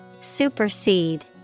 Supersede